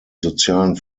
sozialen